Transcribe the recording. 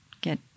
get